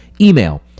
Email